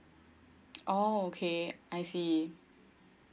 oh okay I see